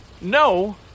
No